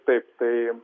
taip tai